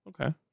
Okay